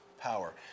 power